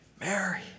Mary